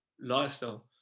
lifestyle